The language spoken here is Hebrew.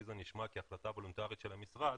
לי זה נשמע כהחלטה וולנטרית של המשרד,